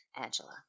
Angela